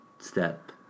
Step